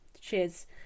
cheers